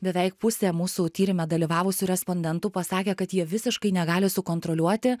beveik pusė mūsų tyrime dalyvavusių respondentų pasakė kad jie visiškai negali sukontroliuoti